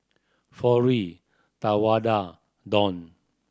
Florie Tawanda Dawn